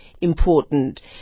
Important